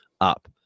up